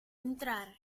entrar